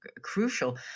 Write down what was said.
crucial